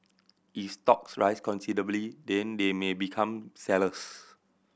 if stocks rise considerably then they may become sellers